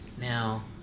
Now